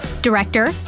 Director